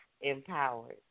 Empowered